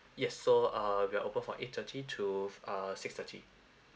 yes so err we are opened from eight thirty to err six thirty